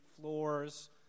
floors